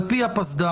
על פי הפסד"פ,